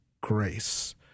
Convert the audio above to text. grace